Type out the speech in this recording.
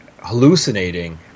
hallucinating